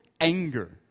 anger